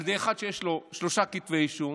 על ידי אחד שיש לו שלושה כתבי אישום,